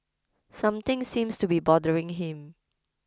something seems to be bothering him